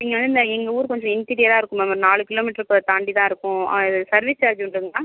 நீங்கள் வந்து இந்த எங்கள் ஊர் கொஞ்சம் இன்டீரியராக தான் இருக்கும் மேம் ஒரு நாலு கிலோ மீட்ருக்கு தாண்டி தான் இருக்கும் அது சர்வீஸ் சார்ஜ் உண்டுங்களா